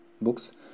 books